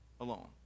alone